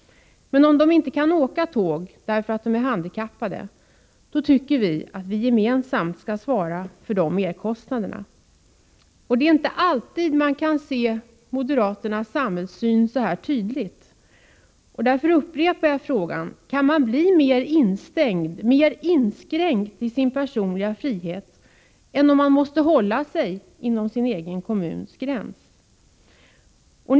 Men om de inte kan åka tåg därför att de är handikappade, då anser jag att vi gemensamt bör svara för merkostnaderna. Det är inte alltid man kan se moderaternas samhällssyn så här tydligt. Därför upprepar jag frågan: Kan någon bli mer instängd eller mer inskränkt i sin personliga frihet än den som måste hålla sig inom den egna kommunens gränser?